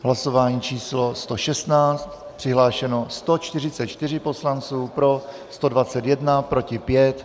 Hlasování číslo 116, přihlášeno je 144 poslanců, pro 121, proti 5.